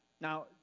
Now